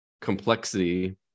complexity